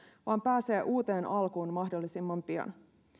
vaan pääsee uuteen alkuun mahdollisimman pian